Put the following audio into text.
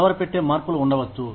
కలవరపెట్టే మార్పులు ఉండవచ్చు